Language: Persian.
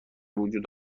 وجود